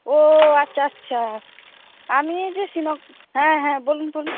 ও আচ্ছা আচ্ছা আমি এই যে হ্যাঁ হ্যাঁ বলুন বলুন